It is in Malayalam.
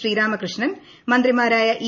ശ്രീരാമകൃഷ്ണൻ മന്ത്രിമാരായ ഇ